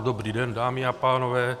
Dobrý den, dámy a pánové.